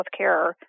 healthcare